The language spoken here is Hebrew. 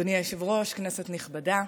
אדוני היושב-ראש, כנסת נכבדה,